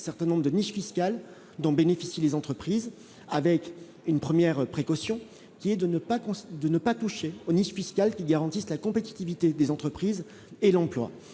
un certain nombre de niches fiscales dont bénéficient les entreprises avec une première précaution qui est de ne pas qu'on s'de ne pas toucher aux niches fiscales qui garantisse la compétitivité des entreprises et l'emploi,